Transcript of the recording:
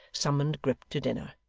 summoned grip to dinner.